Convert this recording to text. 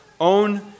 own